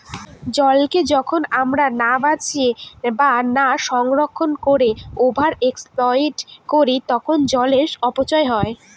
জলকে যখন আমরা না বাঁচিয়ে বা না সংরক্ষণ করে ওভার এক্সপ্লইট করি তখন জলের অপচয় হয়